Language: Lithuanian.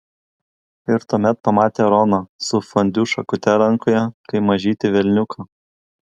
ir tuomet pamatė roną su fondiu šakute rankoje kaip mažytį velniuką